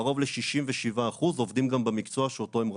קרוב ל-67% עובדים גם במקצוע שאותו הם רכשו.